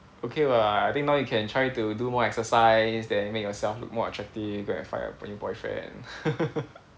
okay [what] I think now you can try to do more exercise then you make yourself look more attractive go and find a boyfriend